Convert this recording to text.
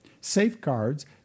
safeguards